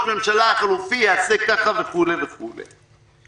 הממשלה החלופי יעשה ככה וככה וכו' וכו'.